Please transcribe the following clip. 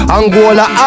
Angola